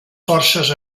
forces